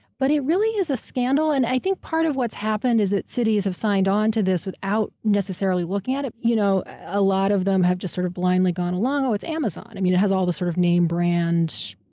but it really is a scandal, and i think part of what's happened, is that cities have signed onto this without necessarily looking at it. you know a lot of them have just sort of blindly gone along, oh, it's amazon. i mean, it has all the sort of name brand,